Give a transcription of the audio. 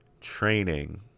training